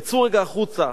יצאו רגע החוצה,